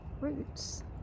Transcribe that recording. roots